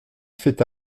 fait